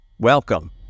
Welcome